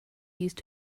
used